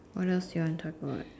what else do you want to talk about